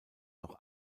noch